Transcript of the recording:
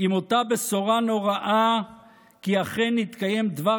עם אותה בשורה נוראה כי אכן נתקיים דבר